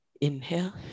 inhale